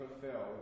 fulfilled